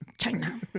China